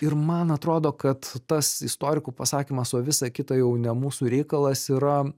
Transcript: ir man atrodo kad tas istorikų pasakymas o visa kita jau ne mūsų reikalas yra